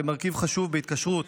כמרכיב חשוב בהתקשרות